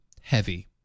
heavy